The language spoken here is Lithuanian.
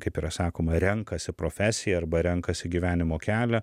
kaip yra sakoma renkasi profesiją arba renkasi gyvenimo kelią